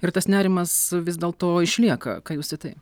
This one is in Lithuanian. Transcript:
ir tas nerimas vis dėl to išlieka ką jūs į tai